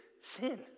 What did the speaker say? sin